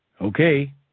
Okay